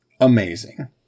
Amazing